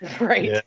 Right